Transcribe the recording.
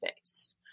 face